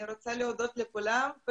אני רוצה להודות לכולם.